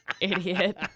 Idiot